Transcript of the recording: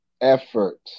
effort